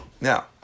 Now